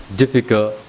difficult